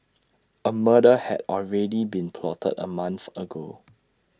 A murder had already been plotted A month ago